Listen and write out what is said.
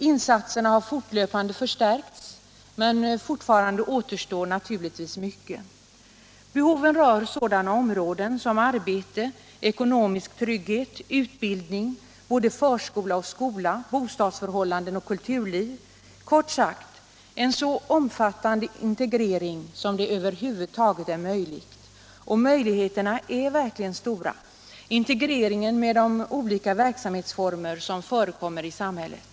Insatserna har fortlöpande förstärkts, men ännu återstår naturligtvis mycket. Behoven rör sådana områden som arbete, ekonomisk trygghet, utbildning, både förskola och skola, bostadsförhållanden och kulturliv, kort sagt en så omfattande integrering som över huvud taget är möjlig — och möjligheterna är verkligen stora — med de olika verksamhetsformer som förekommer i samhället.